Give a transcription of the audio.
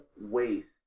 waste